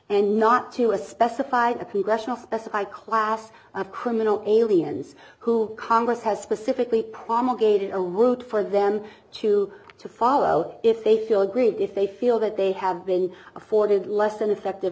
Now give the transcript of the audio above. and not to a specified a congressional specify class of criminal aliens who congress has specifically promulgated a work for them to to follow if they feel great if they feel that they have been afforded less than